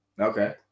Okay